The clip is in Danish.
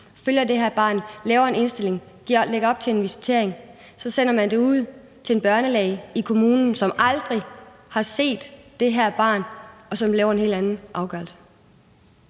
følger det her barn, laver en indstilling, lægger op til en visitering, og så sender man det ud til en børnelæge i kommunen, som aldrig har set det her barn, og som laver en helt anden afgørelse.